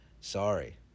Sorry